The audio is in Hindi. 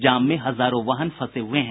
जाम में हजारों वाहन फंसे हुये हैं